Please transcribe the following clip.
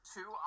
Two